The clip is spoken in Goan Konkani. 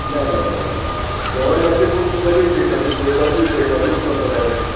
ना ना ना ना जेवण मातशें पूण कमी जेयता तें जेवपाक बी पयना रूच ना तोंडाक अशीं